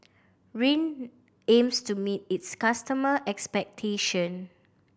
Rene aims to meet its customer expectation